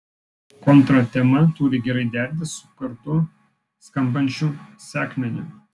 kontratema turi gerai derintis su kartu skambančiu sekmeniu